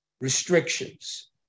restrictions